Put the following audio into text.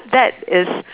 that is